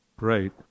Right